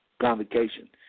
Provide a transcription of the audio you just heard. Convocation